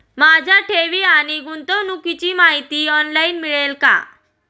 माझ्या ठेवी आणि गुंतवणुकीची माहिती ऑनलाइन मिळेल का?